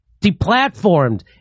deplatformed